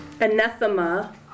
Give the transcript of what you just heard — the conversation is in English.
anathema